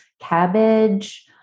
cabbage